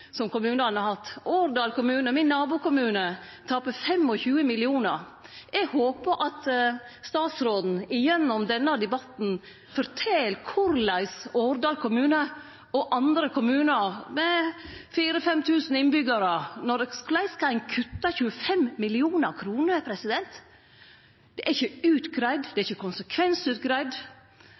som kommunane har hatt. Årdal kommune, min nabokommune, tapar 25 mill. kr. Eg håpar at statsråden i denne debatten fortel korleis Årdal kommune og andre kommunar med 4 000–5 000 innbyggjarar skal kutte 25 mill. kr. Det er ikkje utgreidd, det er ikkje konsekvensutgreidd.